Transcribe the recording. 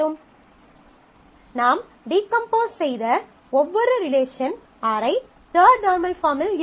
பார்க்கவும் ஸ்லைடு நேரம் 2437 நாம் டீகம்போஸ் செய்த ஒவ்வொரு ரிலேஷன் Ri தர்ட் நார்மல் பாஃர்ம்மில் இருக்கும்